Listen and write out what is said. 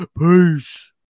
Peace